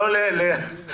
נעבור